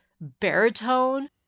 baritone